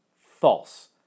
False